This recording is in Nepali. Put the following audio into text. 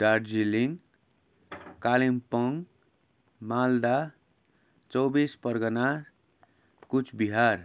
दार्जिलिङ कालिम्पोङ मालदा चौबिस परगना कुचबिहार